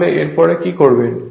তাহলে এর পর কী করবেন